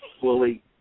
fully